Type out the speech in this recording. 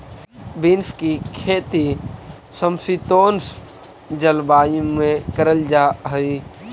beans की खेती समशीतोष्ण जलवायु में करल जा हई